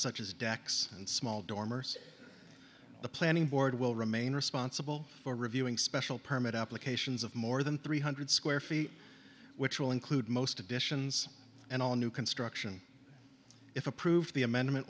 such as decks and small dormers the planning board will remain responsible for reviewing special permit applications of more than three hundred square feet which will include most additions and all new construction if approved the amendment